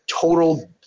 total